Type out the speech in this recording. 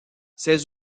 ses